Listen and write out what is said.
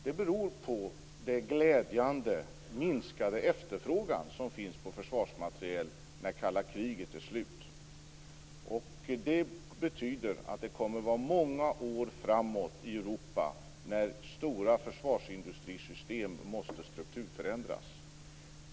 Det beror på den glädjande minskade efterfrågan som finns på försvarsmateriel när kalla kriget är slut. Det betyder att stora försvarsindustrisystem måste strukturförändras under många år framåt i Europa.